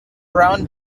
brown